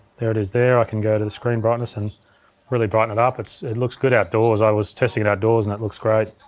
there it is there, i can go to the screen brightness and really brighten it up. it looks good outdoors. i was testing it outdoors and it looks great.